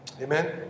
Amen